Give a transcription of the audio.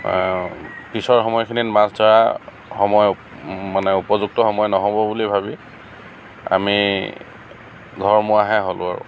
পিছৰ সময়খিনিত মাছ ধৰা সময় মানে উপযুক্ত সময় নহ'ব বুলি ভাবি আমি ঘৰমুৱাহে হ'লোঁ আৰু